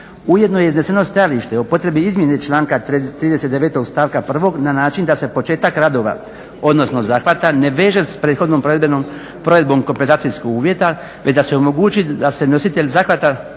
Ujedno je i izneseno stajalište o potrebi izmjene članka 39. stavka 1. na način da se početak radova odnosno zahvata ne veže s prethodnom provedbom kompenzacijskog uvjeta već da se omogući da se nositelji zahvata